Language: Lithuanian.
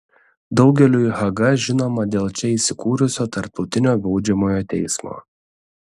daugeliui haga žinoma dėl čia įsikūrusio tarptautinio baudžiamojo teismo